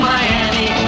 Miami